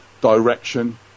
direction